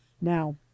Now